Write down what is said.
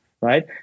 right